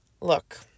Look